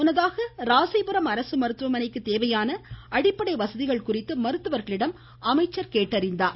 முன்னதாக ராசிபுரம் அரசு மருத்துவமனைக்கு தேவையான அடிப்படை வசதிகள் குறித்து மருத்துவர்களிடம் அமைச்சர் கேட்டறிந்தார்